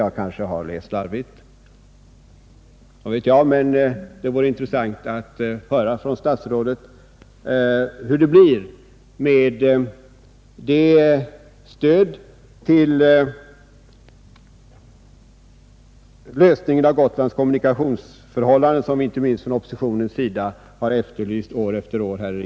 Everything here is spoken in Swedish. Jag kanske har läst slarvigt, men det vore intressant att få höra från statsrådet hur det blir med det stöd till lösningen av Gotlands kommunikationsproblem som efterlysts år efter år här i riksdagen, inte minst från oppositionens sida.